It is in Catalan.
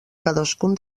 cadascun